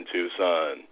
Tucson